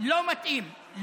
לא מתאים,